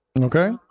Okay